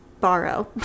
borrow